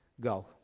go